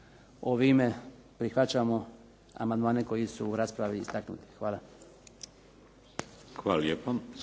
ovime prihvaćamo amandmane koji su u raspravi istaknuti. Hvala.